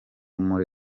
muri